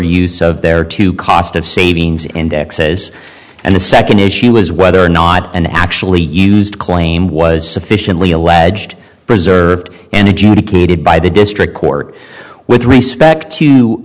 use of their to cost of savings indexes and the second issue is whether or not an actually used claim was sufficiently alleged preserved and adjudicated by the district court with respect to